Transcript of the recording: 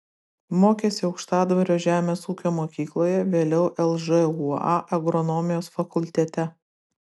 mokėsi aukštadvario žemės ūkio mokykloje vėliau lžūa agronomijos fakultete